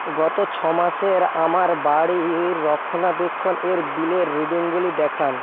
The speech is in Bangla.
গত ছ মাসের আমার বাড়ি রক্ষণাবেক্ষণের বিলের রিডিংগুলি দেখান